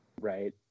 right